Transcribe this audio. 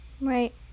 Right